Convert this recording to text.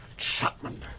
Chapman